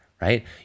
right